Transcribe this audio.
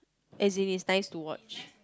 as in it's nice to watch